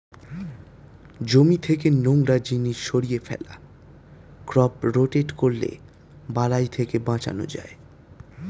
জমি থেকে নোংরা জিনিস সরিয়ে ফেলা, ক্রপ রোটেট করলে বালাই থেকে বাঁচান যায়